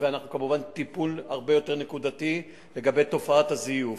וכמובן מקבל טיפול הרבה יותר נקודתי לגבי תופעת הזיוף.